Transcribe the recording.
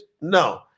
No